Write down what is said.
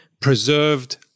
preserved